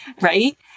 right